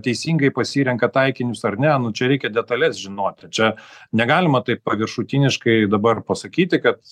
teisingai pasirenka taikinius ar ne čia reikia detales žinoti čia negalima taip paviršutiniškai dabar pasakyti kad